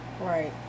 Right